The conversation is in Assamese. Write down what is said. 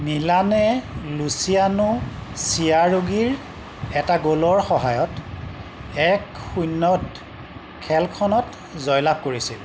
মিলানে লুচিয়ানো চিয়াৰুগিৰ এটা গ'লৰ সহায়ত এক শূন্য খেলখনত জয়লাভ কৰিছিল